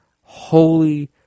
Holy